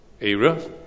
area